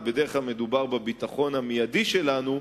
אבל בדרך כלל מדובר בביטחון המיידי שלנו,